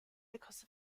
because